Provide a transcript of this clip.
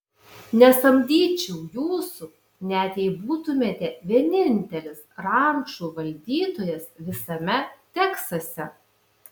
nesamdyčiau jūsų net jei būtumėte vienintelis rančų valdytojas visame teksase